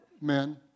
men